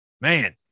man